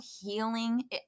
healing